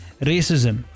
racism